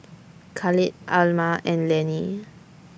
Khalid Alma and Lanny